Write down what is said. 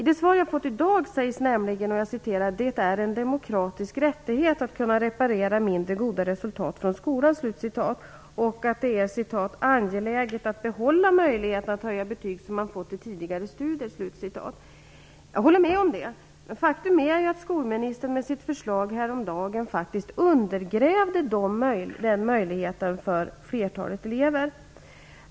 I det svar jag har fått i dag sägs det nämligen: "Det är en demokratisk rättighet att kunna reparera tidigare mindre goda resultat från skolan Vidare sägs det i svaret att det är "angeläget att behålla möjligheterna att höja betyg som man fått i tidigare studier." Jag håller med om det. Men faktum är att skolministern med sitt förslag häromdagen undergrävde den möjligheten för flertalet elever.